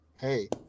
hey